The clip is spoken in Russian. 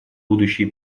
будущие